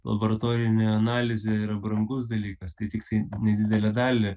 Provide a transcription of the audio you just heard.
laboratorinė analizė yra brangus dalykas tai tiktai nedidelę dalį